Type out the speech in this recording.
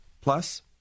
plus